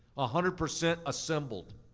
ah hundred percent assembled.